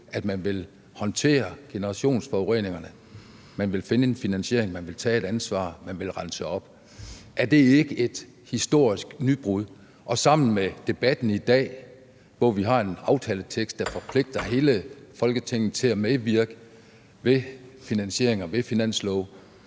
at man vil håndtere generationsforureningerne, at man vil finde en finansiering, at man vil tage et ansvar, og at man vil rense op? Er det ikke et historisk nybrud sammen med debatten i dag, hvor vi har en aftaletekst, der forpligter hele Folketinget til at medvirke ved en finansiering og ved finanslove?